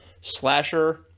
Slasher